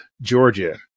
Georgia